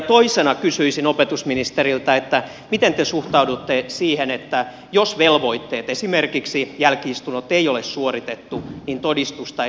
toisena kysyisin opetusministeriltä miten te suhtaudutte siihen että jos velvoitteita esimerkiksi jälki istuntoja ei ole suoritettu niin todistusta ei saisi